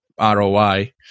ROI